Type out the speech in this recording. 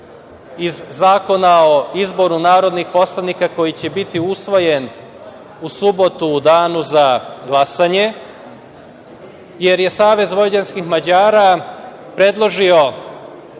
iz Zakona o izboru narodnih poslanika, koji će biti usvojen u subotu u danu za glasanje, jer je Savez vojvođanskih Mađara predložio